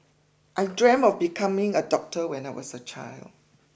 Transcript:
I dreamt of becoming a doctor when I was a child